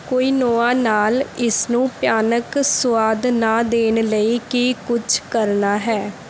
quinoa ਨਾਲ ਇਸ ਨੂੰ ਭਿਆਨਕ ਸੁਆਦ ਨਾ ਦੇਣ ਲਈ ਕੀ ਕੁਛ ਕਰਨਾ ਹੈ